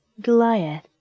Goliath